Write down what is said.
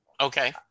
okay